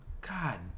God